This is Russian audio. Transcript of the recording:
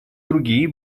другие